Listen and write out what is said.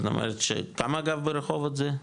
כמה אגב, ברחובות זה?